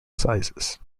sizes